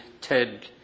Ted